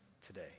today